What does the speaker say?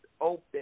open